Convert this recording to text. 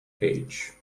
page